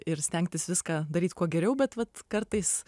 ir stengtis viską daryt kuo geriau bet vat kartais